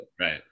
right